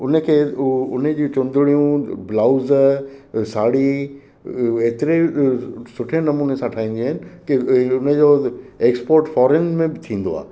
हुनखे उहो हुनजी चुंदिणियूं ब्लाउज़ साड़ी एतिरे सुठे नमूने सां ठाहींदी आहिनि कि हुनजो एक्स्पोट फॉरेन में बि थींदो आहे